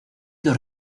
dos